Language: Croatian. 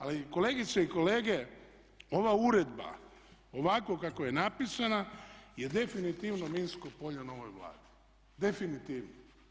Ali kolegice i kolege ova uredba ovako kako je napisana je definitivno minsko polje novoj Vladi, definitivno.